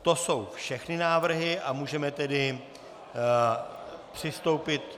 To jsou všechny návrhy a můžeme tedy přistoupit...